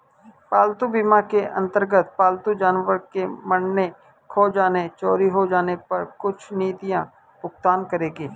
पालतू बीमा के अंतर्गत पालतू जानवर के मरने, खो जाने, चोरी हो जाने पर कुछ नीतियां भुगतान करेंगी